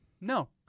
no